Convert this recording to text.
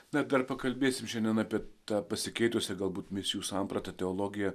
na dar pakalbėsime šiandien apie tą pasikeitusią galbūt misijų sampratą teologiją